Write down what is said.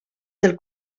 del